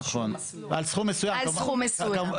נכון, על סכום מסוים.